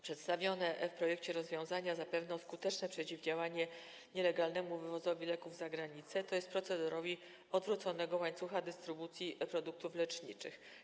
Przedstawione w projekcie rozwiązania zapewnią skuteczne przeciwdziałanie nielegalnemu wywozowi leków za granicę, to jest procederowi odwróconego łańcucha dystrybucji produktów leczniczych.